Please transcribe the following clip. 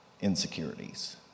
insecurities